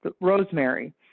rosemary